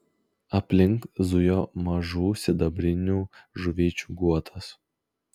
aplink zujo mažų sidabrinių žuvyčių guotas